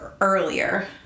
earlier